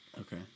Okay